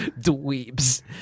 dweebs